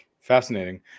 Fascinating